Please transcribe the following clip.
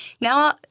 Now